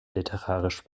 literarisch